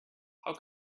how